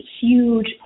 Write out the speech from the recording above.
huge